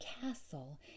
castle